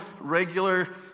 regular